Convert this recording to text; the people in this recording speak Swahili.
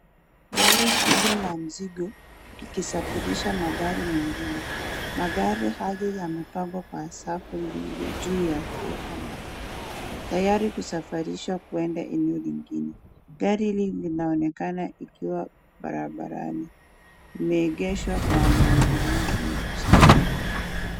Gari kubwa la mzigo ikisafirisha magari mengine, magari hayo yamepangwa kwa safu mbili juu ya trela maalum tayari kusafirishwa kuenda eneo lingine. Gari hili inaonekana ikiwa barabarani imeegeshwa kwa maandalizi ya kusafiri.